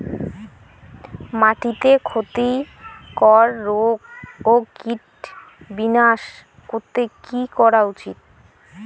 মাটিতে ক্ষতি কর রোগ ও কীট বিনাশ করতে কি করা উচিৎ?